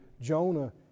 Jonah